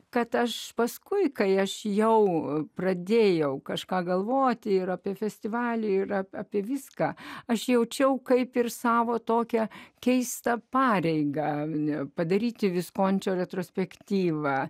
kad aš paskui kai aš jau pradėjau kažką galvoti ir apie festivalį yra apie viską aš jaučiau kaip ir savo tokią keistą pareigą padaryti viskončio retrospektyva